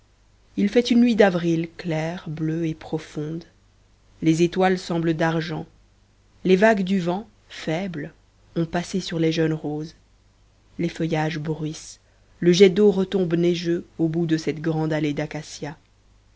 il fait une nuit d'avril claire bleue et profonde les étoiles semblent d'argent les vagues du vent faibles ont passé sur les jeunes roses les feuillages bruissent le jet d'eau retombe neigeux au bout de cette grande allée d'acacias